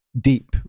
Deep